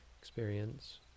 experience